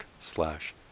slash